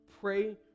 pray